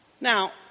Now